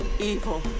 Evil